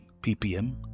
ppm